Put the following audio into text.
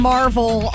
Marvel